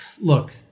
Look